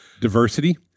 diversity